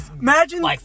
imagine